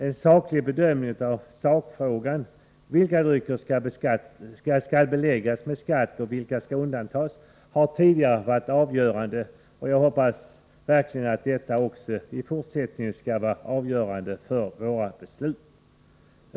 En saklig bedömning av huvudfrågan, dvs. vilka drycker som skall beläggas med skatt och vilka som skall undantas, har tidigare varit avgörande, och jag hoppas verkligen att detta också i fortsättningen skall vara avgörande för våra beslut.